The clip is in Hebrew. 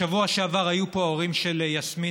בשבוע שעבר היו פה ההורים של יסמין,